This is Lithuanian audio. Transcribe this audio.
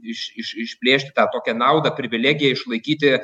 iš iš išplėšt tą tokią naudą privilegiją išlaikyti